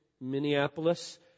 Minneapolis